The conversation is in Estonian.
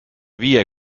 viie